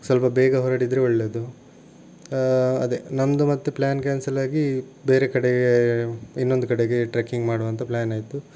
ಸ್ವಲ್ಪ ಬೇಗ ಹೊರಟಿದ್ರೆ ಒಳ್ಳೆಯದು ಅದೇ ನಮ್ಮದು ಮತ್ತೆ ಪ್ಲ್ಯಾನ್ ಕ್ಯಾನ್ಸಲ್ ಆಗಿ ಬೇರೆ ಕಡೆ ಇನ್ನೊಂದು ಕಡೆಗೆ ಟ್ರೆಕ್ಕಿಂಗ್ ಮಾಡುವಾಂತ ಪ್ಲ್ಯಾನ್ ಆಯಿತು